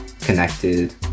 connected